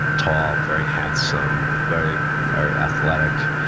tall, very handsome, very, very athletic.